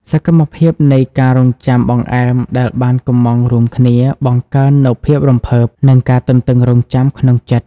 សកម្មភាពនៃការរង់ចាំបង្អែមដែលបានកុម្ម៉ង់រួមគ្នា បង្កើននូវភាពរំភើប និងការទន្ទឹងរង់ចាំក្នុងចិត្ត។